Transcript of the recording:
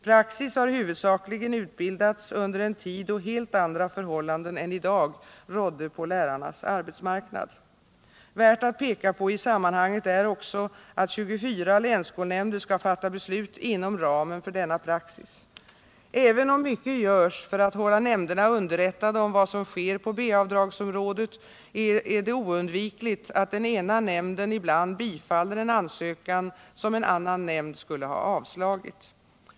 Praxis har huvudsakligen utbildats under en tid då helt andra förhållanden än i dag rådde på lärarnas arbetsmarknad. Värt att peka på i sammanhanget är också att 24 länsskolnämnder skall fatta beslut inom ramen för denna praxis. Även om mycket görs för att hålla nämnderna underrättade om vad som sker på B avdragsområdet, är det oundvikligt att den ena nämnden ibland bifaller en ansökan som en annan nämnd skulle ha avslagit.